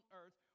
earth